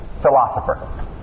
philosopher